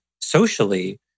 socially